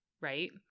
right